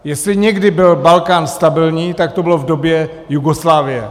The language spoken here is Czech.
Jestli někdy byl Balkán stabilní, tak to bylo v době Jugoslávie.